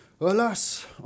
Alas